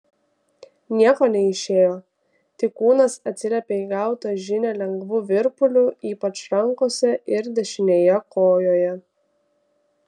nieko neišėjo tik kūnas atsiliepė į gautą žinią lengvu virpuliu ypač rankose ir dešinėje kojoje